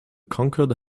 conquered